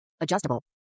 Adjustable